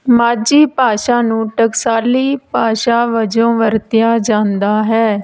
ਮਾਝੀ ਭਾਸ਼ਾ ਨੂੰ ਟਕਸਾਲੀ ਭਾਸ਼ਾ ਵਜੋਂ ਵਰਤਿਆ ਜਾਂਦਾ ਹੈ